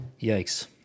yikes